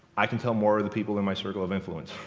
i can tell more the people in my circle of influence.